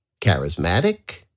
charismatic